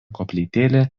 koplytėlė